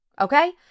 Okay